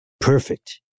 perfect